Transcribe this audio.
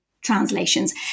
translations